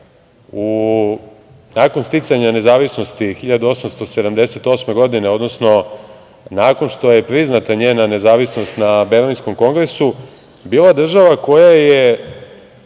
nakon sticanja nezavisnosti 1878. godine, odnosno nakon što je priznata njena nezavisnost na Berlinskom kongresu, bila država koja je